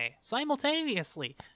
simultaneously